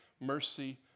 mercy